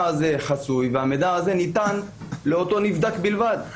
הזה חסוי והמידע הזה ניתן לאותו נבדק בלבד.